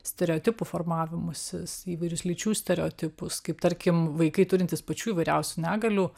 stereotipų formavimusis įvairius lyčių stereotipus kaip tarkim vaikai turintys pačių įvairiausių negalių